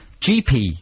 gp